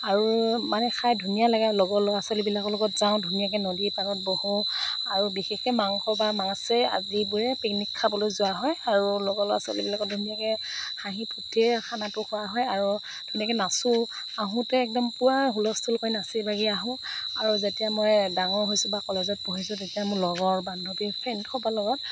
আৰু মানে খাই ধুনীয়া লাগে লগৰ ল'ৰা ছোৱালীবিলাকৰ লগত যাওঁ ধুনীয়াকৈ নদীৰ পাৰত বহোঁ আৰু বিশেষকৈ মাংস বা মাছে আমিবোৰে পিকনিক খাবলৈ যোৱা হয় আৰু লগৰ ল'ৰা ছোৱালীবিলাকো ধুনীয়াকৈ হাঁহি ফুৰ্ত্তিৰে খানাটো খোৱা হয় আৰু তেনেকৈ নাচোঁ আহোঁতে একদম পূৰা হুূলস্থুল কৰি নাচি বাগি আহোঁ আৰু যেতিয়া মই ডাঙৰ হৈছোঁ বা কলেজত পঢ়িছোঁ তেতিয়া মোৰ লগৰ বান্ধৱী ফ্ৰেণ্ডসোপাৰ লগত